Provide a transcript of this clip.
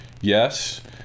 Yes